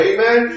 Amen